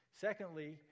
Secondly